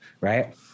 right